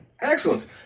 Excellent